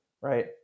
right